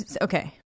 okay